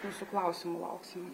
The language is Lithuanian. jūsų klausimų lauksime